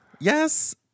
Yes